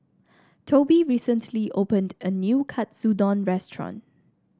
Tobi recently opened a new Katsudon restaurant